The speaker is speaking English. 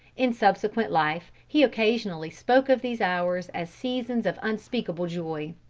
in subsequent life, he occasionally spoke of these hours as seasons of unspeakable joy.